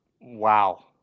wow